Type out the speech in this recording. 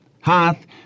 hath